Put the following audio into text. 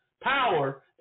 power